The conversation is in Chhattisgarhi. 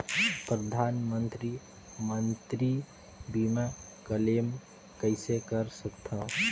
परधानमंतरी मंतरी बीमा क्लेम कइसे कर सकथव?